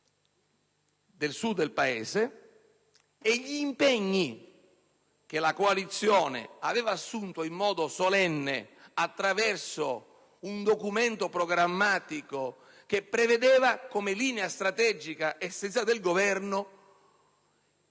del Sud del Paese e gli impegni che la coalizione aveva assunto in modo solenne attraverso un documento programmatico, che prevedeva come linea strategica essenziale del Governo